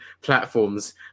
platforms